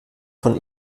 von